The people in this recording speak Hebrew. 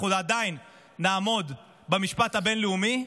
אנחנו עדיין נעמוד במשפט הבין-לאומי,